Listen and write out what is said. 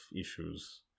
issues